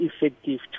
effective